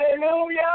hallelujah